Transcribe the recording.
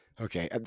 okay